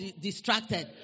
distracted